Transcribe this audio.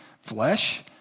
flesh